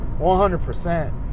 100